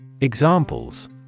Examples